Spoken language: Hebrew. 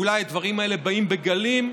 אולי הדברים האלה באים בגלים.